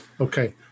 Okay